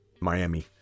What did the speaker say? Miami